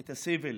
את הסבל